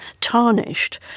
tarnished